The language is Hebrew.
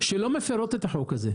אני רוצה להודות לח"כ רון